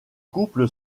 couple